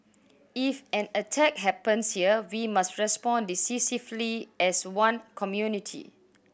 if an attack happens here we must respond decisively as one community